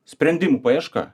sprendimų paieška